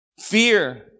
fear